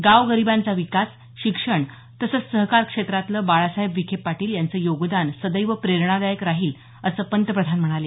गाव गरीबांचा विकास शिक्षण तसंच सहकार क्षेत्रातलं बाळासाहेब विखे पाटील यांचं योगदान सदैव प्रेरणादायक राहील असं पंतप्रधान म्हणाले